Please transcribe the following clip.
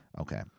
Okay